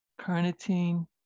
carnitine